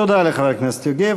תודה לחבר הכנסת יוגב.